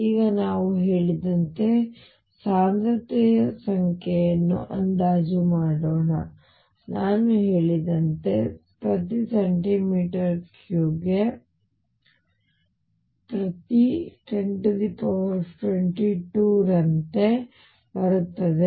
ಈಗ ನಾವು ಹೇಳಿದಂತೆ ಸಾಂದ್ರತೆಯ ಸಂಖ್ಯೆಯನ್ನು ಅಂದಾಜು ಮಾಡೋಣ ನಾನು ಹೇಳಿದಂತೆ ಪ್ರತಿ cm3 ಗೆ ಪ್ರತಿ 1022 ರಂತೆ ಬರುತ್ತದೆ